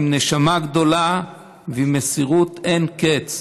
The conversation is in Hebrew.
עם נשמה גדולה ועם מסירות אין קץ.